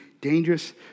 dangerous